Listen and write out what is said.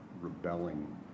rebelling